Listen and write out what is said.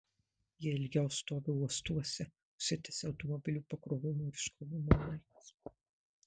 jie ilgiau stovi uostuose užsitęsia automobilių pakrovimo ir iškrovimo laikas